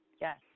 Yes